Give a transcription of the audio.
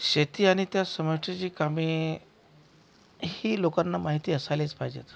शेती आणि त्यात समाविष्टीची कामे ही लोकांना माहिती असायलाच पाहिजेत